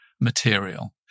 material